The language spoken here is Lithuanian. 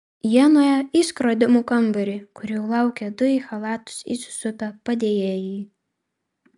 jie nuėjo į skrodimų kambarį kur jau laukė du į chalatus įsisupę padėjėjai